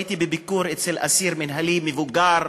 שהייתי בביקור אצל אסיר מינהלי מבוגר,